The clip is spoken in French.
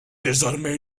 désormais